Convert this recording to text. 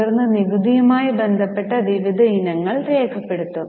തുടർന്ന് നികുതിയുമായി ബന്ധപ്പെട്ട വിവിധ ഇനങ്ങൾ രേഖപ്പെടുത്തും